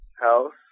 House